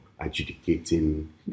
Adjudicating